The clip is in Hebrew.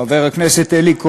חבר הכנסת אלי כהן,